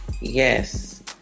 yes